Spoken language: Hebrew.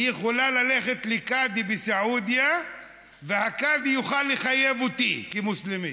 היא יכולה ללכת לקאדי בסעודיה והקאדי יוכל לחייב אותי כמוסלמי.